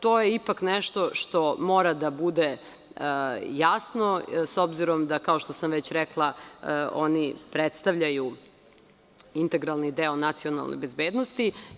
To je ipak nešto što mora da bude jasno, s obzirom da, kao što sam već rekla, oni predstavljaju integralni deo nacionalne bezbednosti.